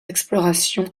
explorations